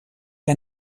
que